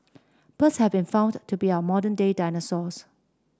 birds have been found to be our modern day dinosaurs